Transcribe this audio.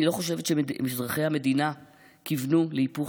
אני לא חושבת שאזרחי המדינה כיוונו להיפוך